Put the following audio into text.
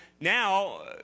Now